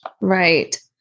Right